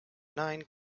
nine